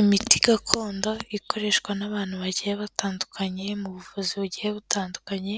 Imiti gakondo ikoreshwa n'abantu bagiye batandukanye mu buvuzi bugiye butandukanye,